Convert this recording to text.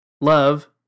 Love